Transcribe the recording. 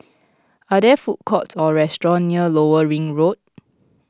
are there food courts or restaurants near Lower Ring Road